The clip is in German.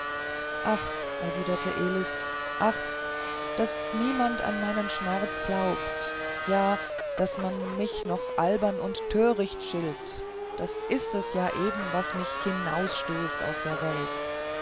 ach erwiderte elis ach daß niemand an meinen schmerz glaubt ja daß man mich wohl albern und töricht schilt das ist es ja eben was mich hinausstößt aus der welt